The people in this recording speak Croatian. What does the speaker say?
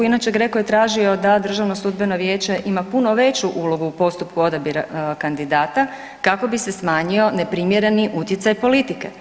Inače GRECO je tražio da Držano sudbeno vijeće ima puno veću ulogu u postupku odabira kandidata kako bi se smanjio neprimjereni utjecaj politike.